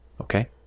okay